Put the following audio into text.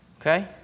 Okay